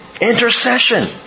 Intercession